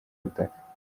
butaka